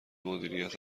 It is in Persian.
مدیریت